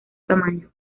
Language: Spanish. tamaño